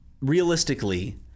realistically